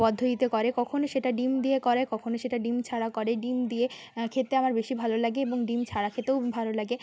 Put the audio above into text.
পদ্ধতিতে করে কখনও সেটা ডিম দিয়ে করে কখনও সেটা ডিম ছাড়া করে ডিম দিয়ে খেতে আমার বেশি ভালো লাগে এবং ডিম ছাড়া খেতেও ভালো লাগে